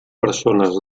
persones